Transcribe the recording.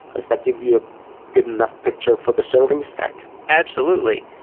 does that give you a good enough picture for the serving stack? absolutely,